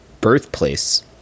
birthplace